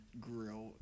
grill